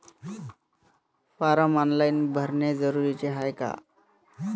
Form online भरने जरुरीचे हाय का?